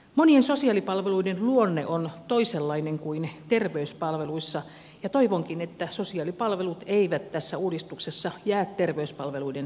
monien sosiaalipalveluiden luonne on toisenlainen kuin terveyspalveluiden ja toivonkin että sosiaalipalvelut eivät tässä uudistuksessa jää terveyspalveluiden jalkoihin